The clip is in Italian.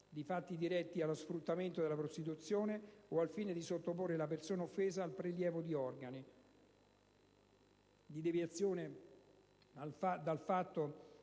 i fatti sono diretti allo sfruttamento della prostituzione o al fine di sottoporre la persona offesa al prelievo di organi; se dal fatto